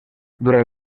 durant